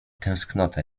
tęsknota